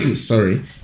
sorry